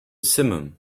simum